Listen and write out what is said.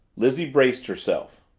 lizzie braced herself.